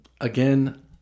again